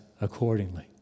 accordingly